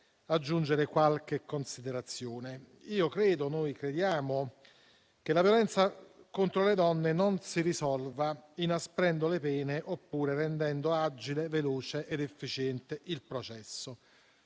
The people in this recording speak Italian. aggiungere qualche considerazione. Noi crediamo che la violenza contro le donne non si risolva inasprendo le pene oppure rendendo agile, veloce ed efficiente il processo.